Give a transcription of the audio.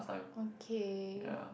okay